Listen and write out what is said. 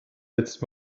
jetzt